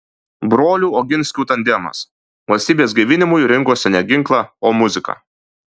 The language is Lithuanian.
brolių oginskių tandemas valstybės gaivinimui rinkosi ne ginklą o muziką